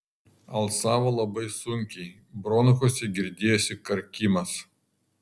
alsavo labai sunkiai bronchuose girdėjosi karkimas